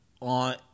on